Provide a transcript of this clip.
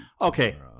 Okay